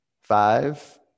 five